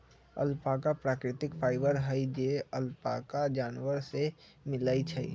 alpaca प्राकृतिक फाइबर हई जे अल्पाका जानवर से मिलय छइ